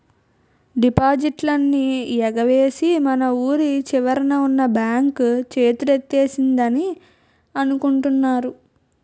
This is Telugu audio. డిపాజిట్లన్నీ ఎగవేసి మన వూరి చివరన ఉన్న బాంక్ చేతులెత్తేసిందని అనుకుంటున్నారు